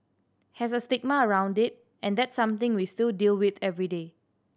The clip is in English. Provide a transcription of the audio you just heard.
has a stigma around it and that's something we still deal with every day